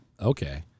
Okay